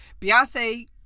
Beyonce